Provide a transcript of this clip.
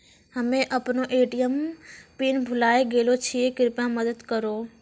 हम्मे अपनो ATM pin भुलाय गेलो छियै, कृपया मदत करहो